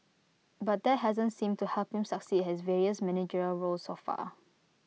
but that hasn't seem to help him succeed his various managerial roles so far